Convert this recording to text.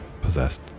Possessed